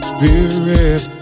Spirit